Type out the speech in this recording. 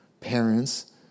parents